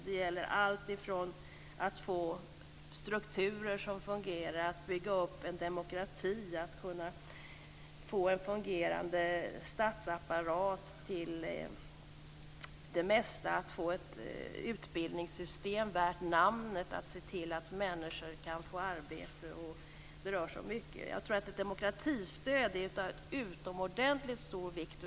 Det gäller allt ifrån att få strukturer som fungerar, att bygga upp en demokrati, att få en fungerande statsapparat till att få ett utbildningssystem värt namnet, att se till att människor får arbete. Det rör sig om mycket. Jag tror att demokratistöd är av utomordentligt stor vikt.